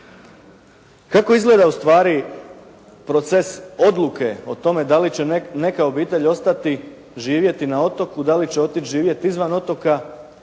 Kako izgleda ustvari proces odluke da li će neka obitelj ostati živjeti na otoku, da li će otići živjeti izvan otoka